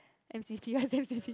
M_C_C what's M_C_C